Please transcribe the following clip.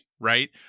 right